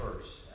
first